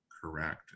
correct